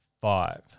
five